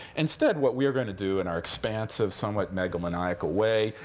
instead, what we are going to do in our expansive, somewhat megalomaniacal way,